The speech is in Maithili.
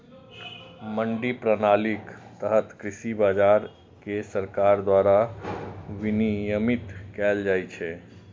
मंडी प्रणालीक तहत कृषि बाजार कें सरकार द्वारा विनियमित कैल जाइ छै